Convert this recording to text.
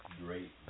Great